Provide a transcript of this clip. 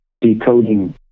decoding